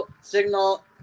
signal